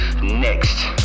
Next